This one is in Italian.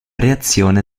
reazione